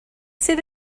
sydd